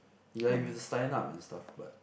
ya you have to sign up and stuff but